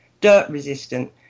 dirt-resistant